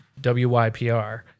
WYPR